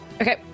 okay